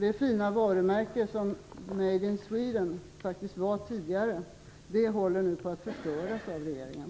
Det fina varumärke som "Made in Sweden" faktiskt var tidigare håller nu på att förstöras av regeringen.